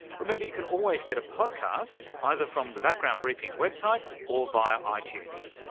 remember you can always get a podcast, either from the background briefing website or via ah itunes.